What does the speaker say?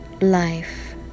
life